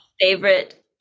Favorite